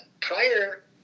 Prior